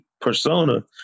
persona